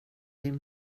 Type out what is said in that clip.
din